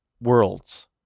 worlds